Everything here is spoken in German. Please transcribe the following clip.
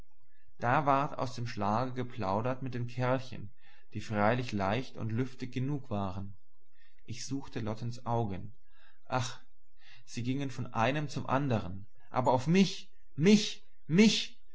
da ward aus dem schlage geplaudert mit den kerlchen die freilich leicht und lüftig genug waren ich suchte lottens augen ach sie gingen von einem zum andern aber auf mich mich mich